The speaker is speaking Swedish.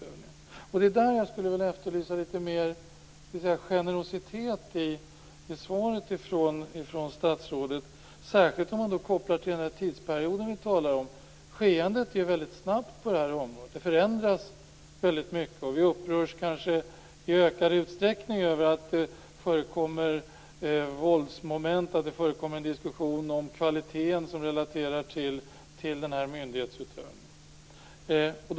Det är när det gäller detta som jag skulle vilja efterlysa litet mer generositet i svaret från statsrådet, särskilt om man kopplar det till den tidsperiod som vi talar om. Skeendet är mycket snabbt på detta område. Det är mycket som förändras. Och vi upprörs kanske i ökad utsträckning över att det förekommer våldsmoment och att det förekommer en diskussion om kvaliteten som relaterar till denna myndighetsutövning.